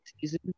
season